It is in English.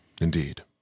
Indeed